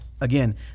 again